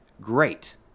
great